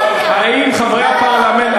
האם חברי הפרלמנט,